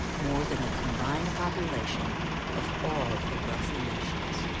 more than the combined population of all the wealthy nations.